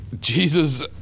Jesus